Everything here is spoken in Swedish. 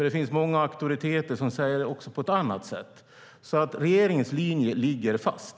Det finns många auktoriteter som uttalar sig på ett annat sätt. Regeringens linje ligger fast.